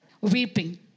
weeping